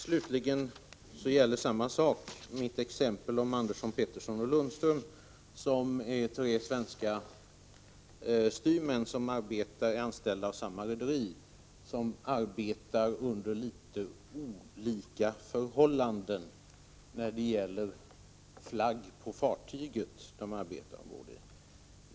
Detsamma gäller mitt exempel om Andersson, Pettersson och Lundström, som är tre svenska styrmän som är anställda av samma rederi men arbetar ombord i fartyg med olika flagg.